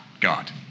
God